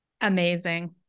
Amazing